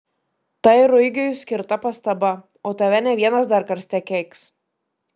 tai ruigiui skirta pastaba o tave ne vienas dar karste keiks